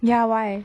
ya why